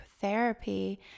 therapy